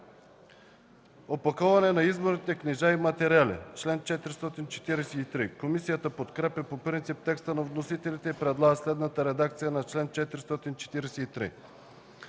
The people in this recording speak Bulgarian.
„Опаковане на изборните книжа и материали”. Комисията подкрепя по принцип текста на вносителите и предлага следната редакция на чл. 443: